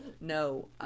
no